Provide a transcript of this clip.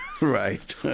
Right